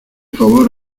favor